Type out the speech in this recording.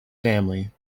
family